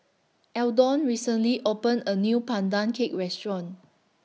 Eldon recently opened A New Pandan Cake Restaurant